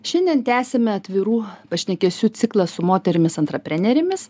šiandien tęsime atvirų pašnekesių ciklą su moterimis antraprenerėmis